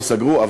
לא סגרו.